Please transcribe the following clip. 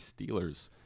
Steelers